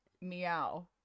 meow